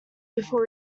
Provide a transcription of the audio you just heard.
before